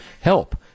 help